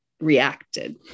reacted